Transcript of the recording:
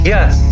Yes